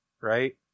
Right